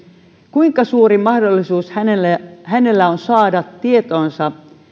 kuinka suuri mahdollisuus hänellä on saada tietoonsa